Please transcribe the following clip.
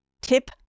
Tip